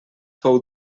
fou